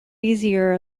easier